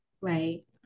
Right